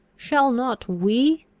shall not we?